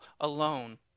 alone